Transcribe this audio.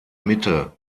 mitte